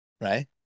Right